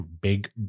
big